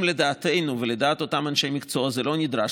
אם לדעתנו ולדעת אותם אנשי מקצוע זה לא נדרש,